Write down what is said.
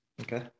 Okay